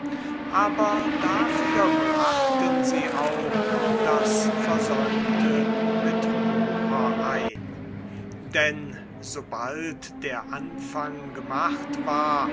aber dafür brachten sie auch das versäumte mit wucher ein denn sobald der anfang gemacht war